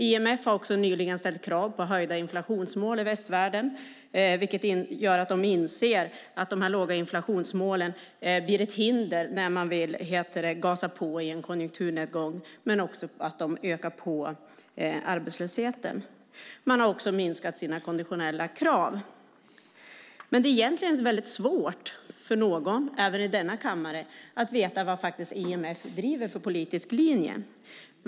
IMF har också nyligen ställt krav på höjda inflationsmål i västvärlden, vilket gör att man inser att de låga inflationsmålen blir ett hinder när man vill gasa på i en konjunkturnedgång och även att de ökar på arbetslösheten. Man har också minskat sina konditionella krav. Men det är egentligen väldigt svårt för någon, även i denna kammare, att veta vad IMF faktiskt driver för politisk linje.